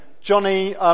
Johnny